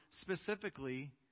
specifically